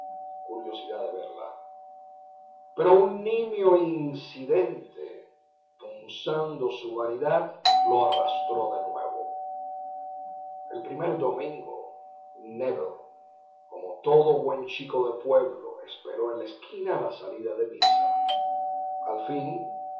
curiosidad de verla pero un nimio incidente punzando su vanidad lo arrastró de nuevo el primer domingo nébel como todo buen chico de pueblo esperó en la esquina la salida de misa al fin